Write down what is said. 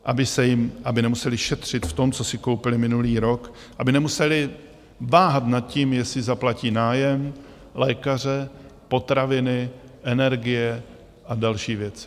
Aby se jim, aby nemuseli šetřit v tom, co si koupili minulý rok, aby nemuseli váhat nad tím, jestli zaplatí nájem lékaře, potraviny, energie a další věci.